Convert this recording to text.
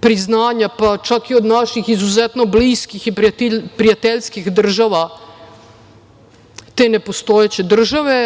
priznanja, pa čak i od naših izuzetno bliskih i prijateljskih država, te nepostojeće države.